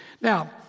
Now